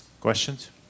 Questions